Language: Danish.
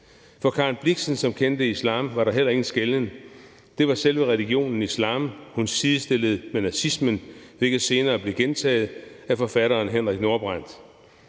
For Karen Blixen, som kendte islam, var der heller ingen skelnen. Det var selve religionen islam, hun sidestillede med nazismen, hvilket senere blev gentaget af forfatteren Henrik Nordbrandt.